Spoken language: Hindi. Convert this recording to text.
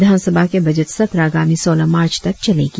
विधान सभा के बजट सत्र आगामी सोलह मार्च तक चलेगी